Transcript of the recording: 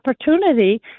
opportunity